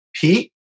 Pete